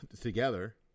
together